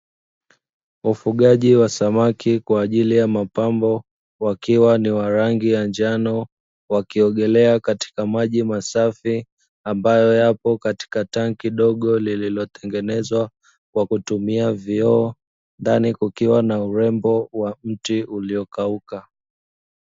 Ufugaji wa samaki kwa ajili ya mapambo wakiwa ni wa rangi ya njano, wakiogelea katika maji masafi ambayo yapo katika tanki dogo lililotengeneza kwa kutumia vioo, ndani kukiwa na urembo wa mti uliokauka.